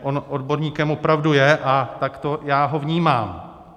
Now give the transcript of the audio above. On odborníkem opravdu je a takto já ho vnímám.